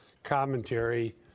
commentary